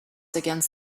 against